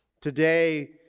Today